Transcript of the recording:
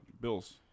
Bills